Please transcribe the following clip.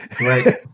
Right